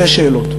שתי שאלות.